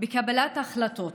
בקבלת ההחלטות.